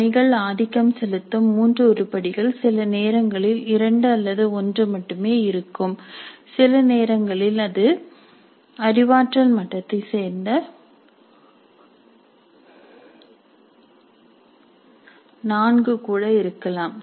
பணிகள் ஆதிக்கம் செலுத்தும் மூன்று உருப்படிகள் சில நேரங்களில் இரண்டு அல்லது ஒன்று மட்டுமே இருக்கும் சில நேரங்களில் அது அறிவாற்றல் மட்டத்தைச் சேர்ந்த நான்கு கூட இருக்கலாம்